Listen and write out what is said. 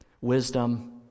wisdom